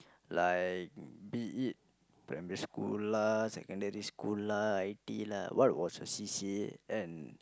like be it primary school lah secondary school lah I T lah what was your C_C_A